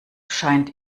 scheint